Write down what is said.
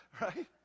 Right